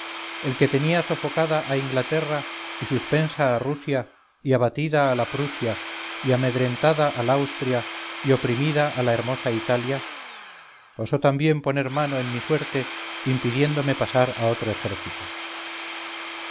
el que tenía sofocada a inglaterra y suspensa a la rusia y abatida a la prusia y amedrentada al austria y oprimida a la hermosa italia osó también poner la mano en mi suerte impidiéndome pasar a otro ejército